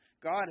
God